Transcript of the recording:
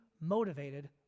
motivated